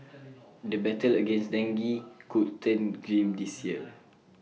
the battle against dengue could turn grim this year